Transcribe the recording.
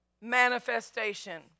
manifestation